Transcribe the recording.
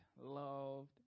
loved